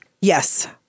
Yes